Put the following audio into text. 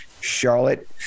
Charlotte